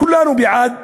כולנו בעד